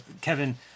Kevin